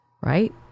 right